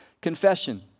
confession